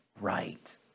right